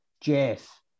Jeff